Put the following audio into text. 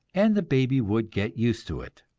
and the baby would get used to it.